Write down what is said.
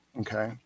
Okay